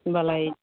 होनबालाय